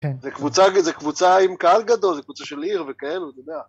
‫זה קבוצה, זה קבוצה עם קהל גדול, ‫זה קבוצה של עיר וכאלו, אתה יודע.